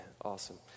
Awesome